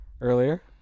earlier